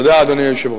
תודה, אדוני היושב-ראש.